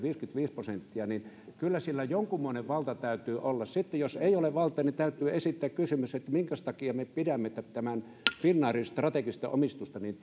viisikymmentäviisi prosenttia niin kyllä sillä jonkunmoinen valta täytyy olla sitten jos ei ole valtaa täytyy esittää kysymys minkäs takia me pidämme finnairin strategista omistusta niin